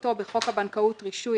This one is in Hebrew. כהגדרתו בחוק הבנקאות (רישוי),